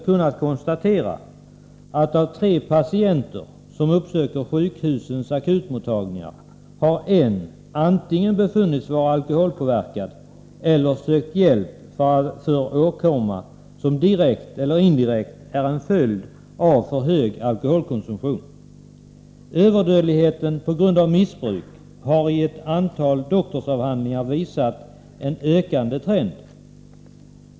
kunnat konstatera att en av tre patienter som uppsöker sjukhusens akutmottagningar antingen har befunnits vara alkoholpåverkad eller har sökt hjälp för en åkomma som direkt eller indirekt är en följd av för hög alkoholkonsumtion. Överdödligheten som en följd av missbruk har, som framgår av ett antal doktorsavhandlingar, tenderat att öka.